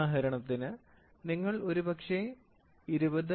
ഉദാഹരണത്തിന് നിങ്ങൾ ഒരുപക്ഷേ 20